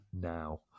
now